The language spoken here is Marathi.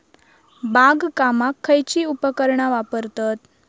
बागकामाक खयची उपकरणा वापरतत?